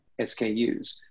SKUs